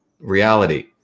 reality